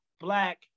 Black